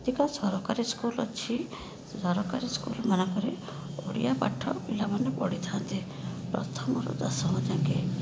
ଯେତିକ ସରକାରୀ ସ୍କୁଲ୍ ଅଛି ସେ ସରକାରୀ ସ୍କୁଲ୍ମାନଙ୍କରେ ଓଡ଼ିଆ ପାଠ ପିଲାମାନେ ପଢ଼ି ଥାଆନ୍ତି ପ୍ରଥମରୁ ଦଶମ ଯାଙ୍କେ